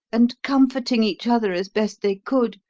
and, comforting each other as best they could,